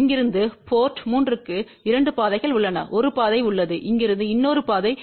இங்கிருந்து போர்ட்ம் 3 க்கு 2 பாதைகள் உள்ளனஒரு பாதை உள்ளது இங்கிருந்து இன்னொரு பாதை